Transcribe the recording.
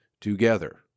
together